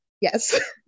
Yes